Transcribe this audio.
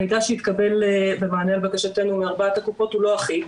המידע שהתקבל במענה לבקשתנו מארבעת הקופות הוא לא אחיד,